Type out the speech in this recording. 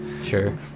Sure